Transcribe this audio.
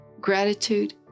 gratitude